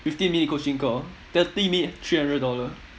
fifteen minute coaching call thirty minute three hundred dollar